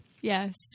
Yes